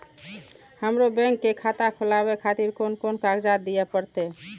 हमरो बैंक के खाता खोलाबे खातिर कोन कोन कागजात दीये परतें?